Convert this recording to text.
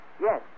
Yes